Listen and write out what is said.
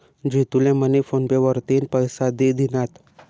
जितू ले मनी PhonePe वरतीन पैसा दि दिनात